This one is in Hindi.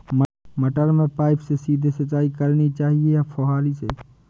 मटर में पाइप से सीधे सिंचाई करनी चाहिए या फुहरी से?